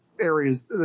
areas